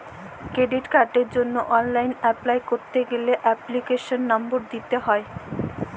credit কার্ডের জন্হে online apply ক্যরতে গ্যালে এপ্লিকেশনের লম্বর দিত্যে হ্যয়